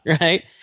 right